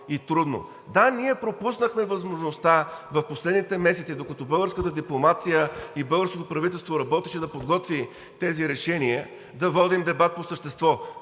Да, ние пропуснахме възможността в последните месеци, докато българската дипломация и българското правителство работеше да подготви тези решения, да водим дебат по същество,